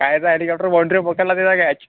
कायचा हेलीकॉप्टर बॉण्ड्रीवर पकडला त्याचा कॅच